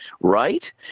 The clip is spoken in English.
right